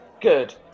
Good